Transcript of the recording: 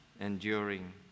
enduring